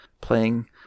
playing